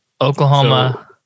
Oklahoma